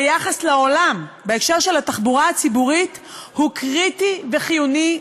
ביחס לעולם בהקשר של התחבורה הציבורית הוא קריטי וחיוני.